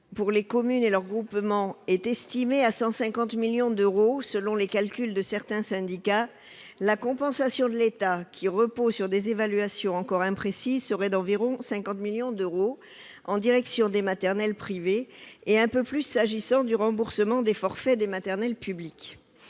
pour les communes et leurs groupements est estimé à 150 millions d'euros, selon les calculs de certains syndicats, la compensation de l'État, qui repose sur des évaluations encore imprécises, serait d'environ 50 millions d'euros en direction des maternelles privées, un peu plus s'agissant du remboursement des forfaits des maternelles publiques.